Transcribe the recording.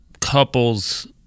couples